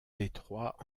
détroit